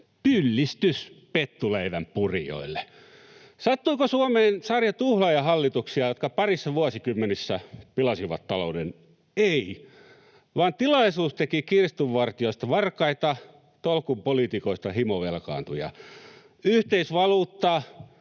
pyllistys pettuleivänpurijoille. Sattuiko Suomeen sarja tuhlaajahallituksia, jotka parissa vuosikymmenessä pilasivat talouden? Ei, vaan tilaisuus teki kirstunvartijoista varkaita, tolkun poliitikoista himovelkaantujia. Yhteisvaluutta,